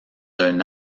d’un